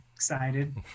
excited